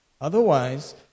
Otherwise